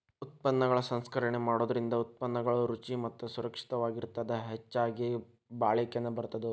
ಉತ್ಪನ್ನಗಳ ಸಂಸ್ಕರಣೆ ಮಾಡೋದರಿಂದ ಉತ್ಪನ್ನಗಳು ರುಚಿ ಮತ್ತ ಸುರಕ್ಷಿತವಾಗಿರತ್ತದ ಹೆಚ್ಚಗಿ ಬಾಳಿಕೆನು ಬರತ್ತದ